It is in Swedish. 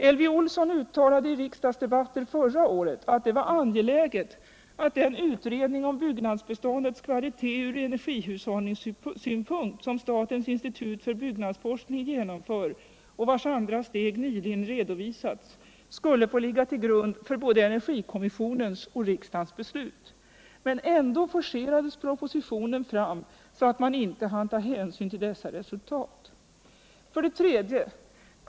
Elvy Olsson uttalade i riksdagsdebatten förra året, att det var angeläget att den utredning om byggnadsbeståndets kvalitet ur encergihushållningssynpunkt, som statens institut för byggnadsforskning genomför och vars andra steg nyligen redovisades, skulle få ligga till grund för både energikommissionens och riksdagens beslut. Men ändå forcerades proposi tionen fram så alt man inte hann ta hänsyn till dessa resultat. Nr 154 3.